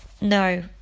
No